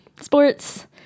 sports